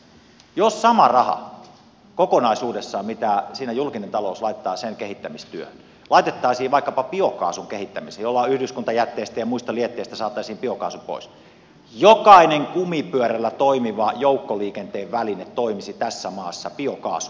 jos sama raha kokonaisuudessaan mitä siinä julkinen talous laittaa sen kehittämistyöhön laitettaisiin vaikkapa biokaasun kehittämiseen jolloin yhdyskuntajätteistä ja muista lietteistä saataisiin biokaasu pois jokainen kumipyörällä toimiva joukkoliikenteen väline toimisi tässä maassa biokaasulla